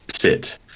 sit